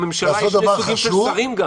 בממשלה יש גם שני סוגים של שרים.